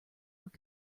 were